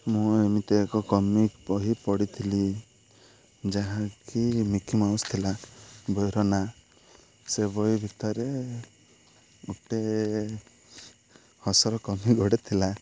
ମୁଁ ଏମିତି ଏକ କମିକ୍ ବହି ପଢ଼ିଥିଲି ଯାହାକି ମିକି ମାଉସ ଥିଲା ବହିର ନା ସେ ବହି ଭିତରେ ଗୋଟେ ହସର କମିକ୍ ଗୋଟେ ଥିଲା